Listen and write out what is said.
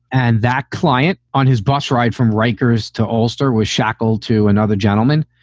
and that client on his bus ride from rikers to alster was shackled to another gentleman.